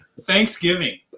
Thanksgiving